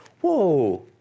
Whoa